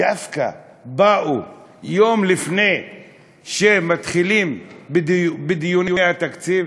דווקא באו יום לפני שמתחילים בדיוני התקציב?